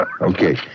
Okay